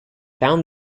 found